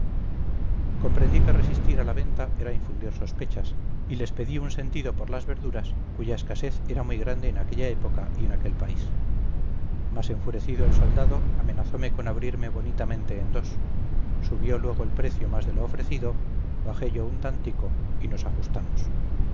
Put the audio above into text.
comprendí que resistir a la venta era infundir sospechas y les pedí un sentido por las verduras cuya escasez era muy grande en aquella época y en aquel país mas enfurecido el soldado amenazome con abrirme bonitamente en dos subió luego el precio más de lo ofrecido bajé yo un tantico y nos ajustamos